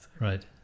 Right